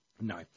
No